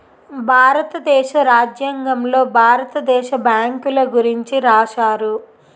భారతదేశ రాజ్యాంగంలో భారత దేశ బ్యాంకుల గురించి రాశారు